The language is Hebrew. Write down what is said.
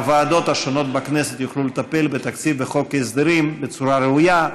הוועדות השונות בכנסת יוכלו לטפל בתקציב ובחוק ההסדרים בצורה ראויה.